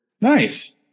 Nice